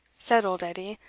said old edie,